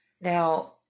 Now